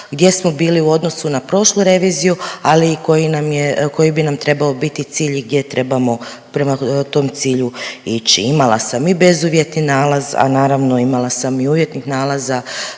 gdje smo bili u odnosu na prošlu reviziju, ali i koji nam je, koji bi nam trebao biti cilj i gdje trebamo prema tom cilju ići. Imala sam i bezuvjetni nalaz, a naravno, imala sam i uvjetnih nalaza